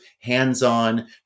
hands-on